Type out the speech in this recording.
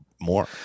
more